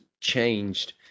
changed